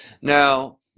Now